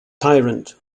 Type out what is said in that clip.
tyrant